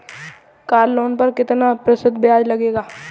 Car loan पर कितना प्रतिशत ब्याज लगेगा?